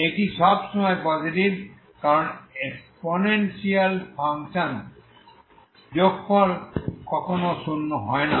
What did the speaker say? এটি সবসময় পজিটিভ কারণ এক্সপোনেনশিয়াল ফাঙ্কশন্স যোগফল কখনো শূন্য হয় না